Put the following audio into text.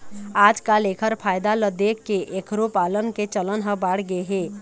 आजकाल एखर फायदा ल देखके एखरो पालन के चलन ह बाढ़गे हे